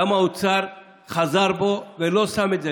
למה האוצר חזר בו ולא שם את זה?